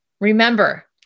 Remember